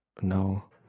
No